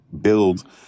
build